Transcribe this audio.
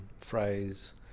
phrase